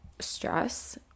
stress